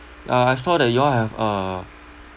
uh I saw that you all have uh